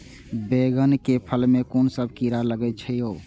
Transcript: बैंगन के फल में कुन सब कीरा लगै छै यो?